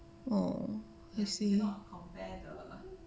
oh I see